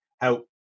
help